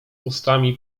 ustami